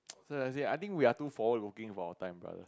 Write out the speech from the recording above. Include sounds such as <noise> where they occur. <noise> so ya see I think we're too forward looking for our time brother